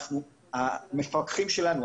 אנחנו מנחים את המפקחים שלנו,